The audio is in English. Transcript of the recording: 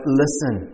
listen